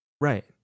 Right